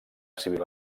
civil